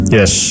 Yes